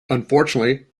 unfortunately